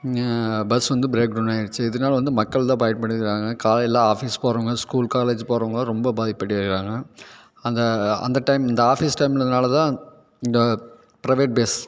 bus வந்து break down ஆயிடுச்சு இதனால வந்து மக்கள்தான் பயப்படுகிறாங்க காலையில் ஆஃபீஸ் போகிறவங்க ஸ்கூல் காலேஜ் போகிறவங்க ரொம்ப பாதிப்பு அடைகிறாங்க அந்த அந்த டைம் இந்த ஆஃபீஸ் டைம்லனால்தான் இந்த பிரைவேட் பஸ்